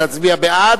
להצביע בעד,